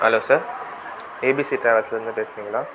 hello sir ABC ட்ராவல்ஸ்லேர்ந்து பேசுறீங்களா